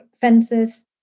fences